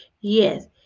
yes